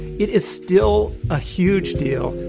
it is still a huge deal,